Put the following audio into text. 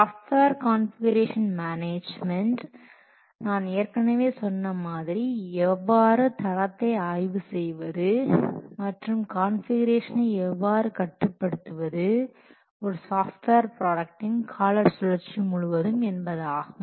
software configuration management நான் ஏற்கனவே சொன்ன மாதிரி எவ்வாறு தடத்தை ஆய்வு செய்வது மற்றும் கான்ஃபிகுரேஷனை எவ்வாறு கட்டுப்படுத்துவது ஒரு சாஃப்ட்வேர் ப்ராடக்டின் கால சுழற்சி முழுவதும் என்பதாகும்